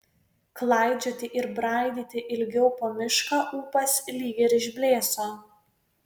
klaidžioti ir braidyti ilgiau po mišką ūpas lyg ir išblėso